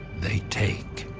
they take,